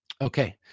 Okay